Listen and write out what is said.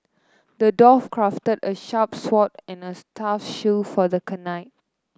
the dwarf crafted a sharp sword and nurse tough shield for the knight